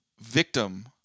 victim